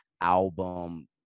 album